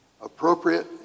appropriate